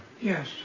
Yes